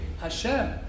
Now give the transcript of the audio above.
Hashem